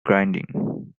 grinding